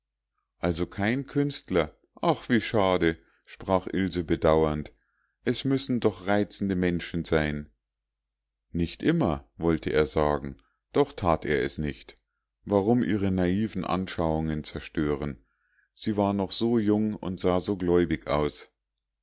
also kein künstler ach wie schade sprach ilse bedauernd es müssen doch reizende menschen sein nicht immer wollte er sagen doch that er es nicht warum ihre naiven anschauungen zerstören sie war noch so jung und sah so gläubig aus